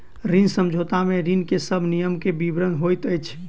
ऋण समझौता में ऋण के सब नियम के विवरण होइत अछि